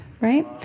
right